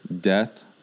death